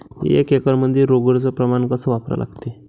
एक एकरमंदी रोगर च प्रमान कस वापरा लागते?